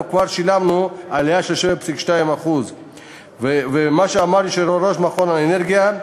אנחנו כבר שילמנו עלייה של 7.2%. מה שאמר יושב-ראש המכון לאנרגיה,